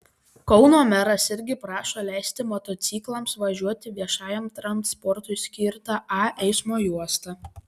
kauno meras irgi prašo leisti motociklams važiuoti viešajam transportui skirta a eismo juosta